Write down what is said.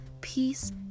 peace